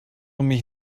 mich